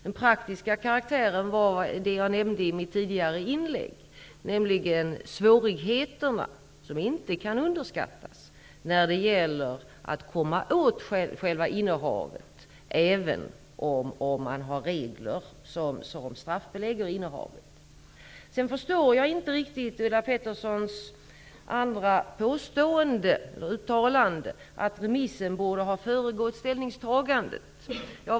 Den praktiska karaktären består i, som jag sade i mitt tidigare inlägg, svårigheterna att komma åt innehavet -- vilka inte får underskattas -- även om man har regler som straffbelägger innehavet. Jag förstår inte riktigt Ulla Petterssons påstående att remissen borde ha föregått ställningstagandet.